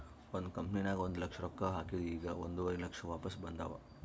ಒಂದ್ ಕಂಪನಿನಾಗ್ ಒಂದ್ ಲಕ್ಷ ರೊಕ್ಕಾ ಹಾಕಿದ್ ಈಗ್ ಒಂದುವರಿ ಲಕ್ಷ ವಾಪಿಸ್ ಬಂದಾವ್